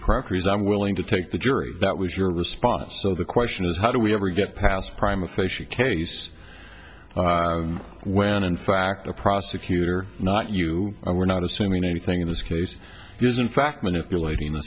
primaries i'm willing to take the jury that was your response so the question is how do we ever get past prime of facia case when in fact a prosecutor not you were not assuming anything in this case is in fact manipulating the